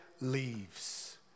leaves